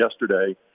yesterday